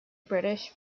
british